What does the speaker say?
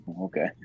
Okay